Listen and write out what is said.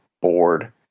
bored